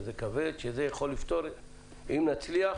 ואם נצליח